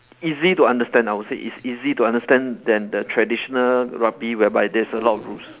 easy to understand I would say it's easy to understand than the traditional rugby whereby there's a lot of rules